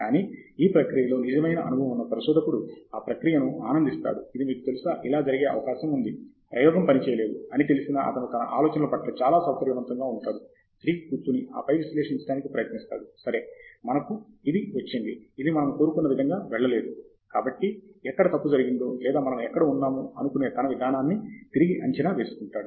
కానీ ఈ ప్రక్రియలో నిజమైన అనుభవం ఉన్న పరిశోధకుడు ఈ ప్రక్రియని ఆనందిస్తాడు ఇది మీకు తెలుసా ఇలా జరిగే అవకాశం ఉంది ప్రయోగం పని చేయలేదు అని తెలిసినా అతను తన ఆలోచనల పట్ల చాలా సౌకర్యవంతంగా ఉంటాడు తిరిగి కూర్చుని ఆపై విశ్లేషించడానికి ప్రయత్నిస్తాడు సరే మనకు ఇది వచ్చింది ఇది మనము కోరుకున్న విధంగా వెళ్ళలేదు కాబట్టి ఎక్కడ తప్పు జరిగిందో లేదా మనం ఎక్కడ ఉన్నాము అనుకొనే తన విధానాన్ని తిరిగి అంచనా వేసుకుంటాడు